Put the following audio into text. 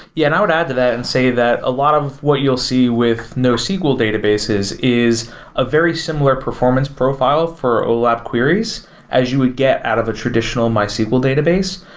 yeah and i would add to that and say that a lot of what you'll see with nosql databases is a very similar performance profile for olap queries as you would get out of a traditional mysql database.